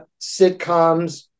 sitcoms